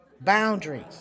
Boundaries